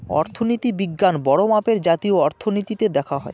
অর্থনীতি বিজ্ঞান বড়ো মাপে জাতীয় অর্থনীতিতে দেখা হয়